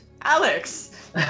Alex